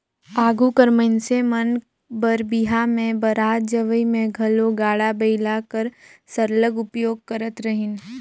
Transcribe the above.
आघु कर मइनसे मन बर बिहा में बरात जवई में घलो गाड़ा बइला कर सरलग उपयोग करत रहिन